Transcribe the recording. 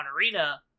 Arena